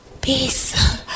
peace